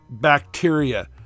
bacteria